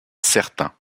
certain